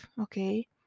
okay